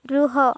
ରୁହ